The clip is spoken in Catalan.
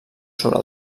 sobre